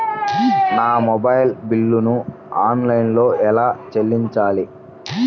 నా మొబైల్ బిల్లును ఆన్లైన్లో ఎలా చెల్లించాలి?